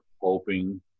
hoping